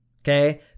okay